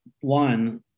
one